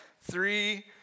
three